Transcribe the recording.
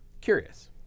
curious